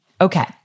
Okay